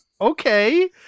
Okay